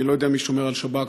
אני לא יודע מי שומר על שב"כ,